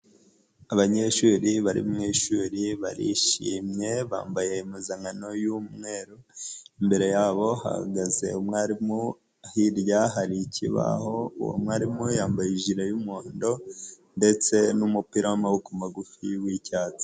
Abanyeshuri bari mu ishuri barishimye bambaye impuzankano y'umweru, imbere yabo hahagaze umwarimu hirya hari ikibaho, uwo mwarimu yambaye ijire y'umuhondo ndetse n'umupira w'amaboko magufi w'icyatsi.